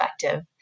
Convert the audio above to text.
effective